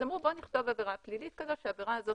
אז אמרו שנכתוב עבירה פלילית כזו והעבירה הזאת